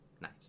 Nice